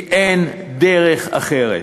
כי אין דרך אחרת.